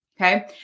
Okay